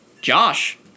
Josh